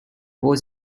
was